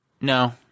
No